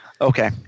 Okay